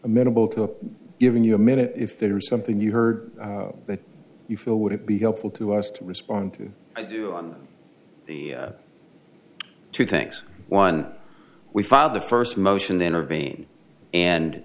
amenable to giving you a minute if there is something you heard that you feel would it be helpful to us to respond to i do on the two things one we filed the first motion intervene and